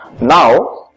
Now